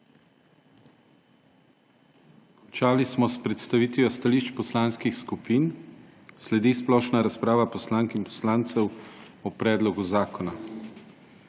Končali smo s predstavitvijo stališč poslanskih skupin. Sledi splošna razprava poslank in poslancev o predlogu zakona.